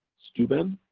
steuben,